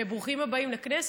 וברוכים הבאים לכנסת,